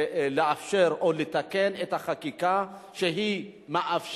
לאפשר או לתקן את החקיקה שמאפשרת